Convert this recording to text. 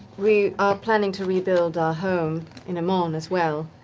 we are planning to rebuild our home in emon as well.